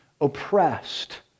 oppressed